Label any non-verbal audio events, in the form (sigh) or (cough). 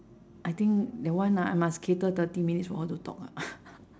I think that one ah I must cater thirty minutes for her to talk ah (laughs)